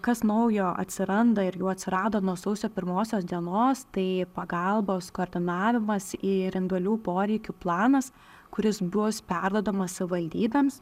kas naujo atsiranda ir jau atsirado nuo sausio pirmosios dienos tai pagalbos koordinavimas ir individualių poreikių planas kuris bus perduodamas savivaldybėms